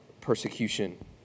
persecution